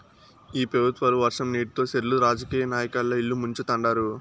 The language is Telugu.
ఈ పెబుత్వాలు వర్షం నీటితో సెర్లు రాజకీయ నాయకుల ఇల్లు ముంచుతండారు